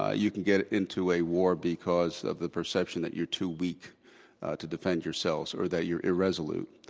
ah you can get into a war because of the perception that you're too weak to defend yourselves or that you're irresolute.